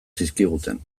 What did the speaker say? zizkiguten